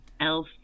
elf